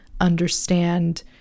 understand